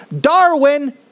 Darwin